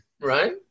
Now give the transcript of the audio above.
right